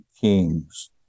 kings